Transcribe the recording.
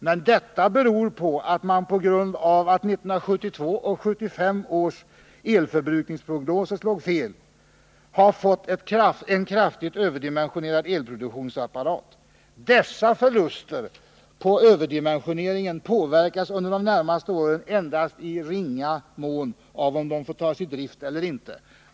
Men detta beror på att man, på grund av att 1972 och 1975 års elförbrukningsprognoser slog fel, har fått en kraftigt överdimensionerad elproduktionsapparat. Förlusterna på grund av överdimensioneringen påverkas under de närmaste åren endast i ytterst ringa mån av om dessa reaktorer får tas i drift eller ej.